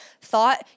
Thought